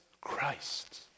Christ